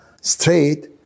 straight